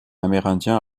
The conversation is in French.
amérindien